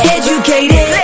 educated